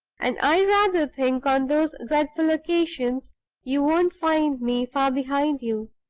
and i rather think on those dreadful occasions you won't find me far behind you.